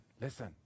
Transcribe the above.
listen